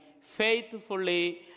faithfully